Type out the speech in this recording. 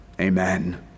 Amen